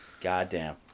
Goddamn